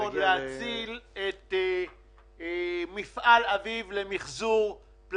הוועדה הציעה אותם כמקור תקציבי בדיוני הוועדה.